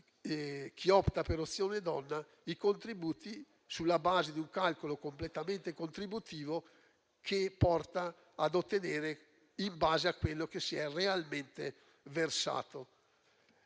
chi opta per Opzione donna - i contributi sulla base di un calcolo completamente contributivo, che porta ad ottenere in base a quello che si è realmente versato.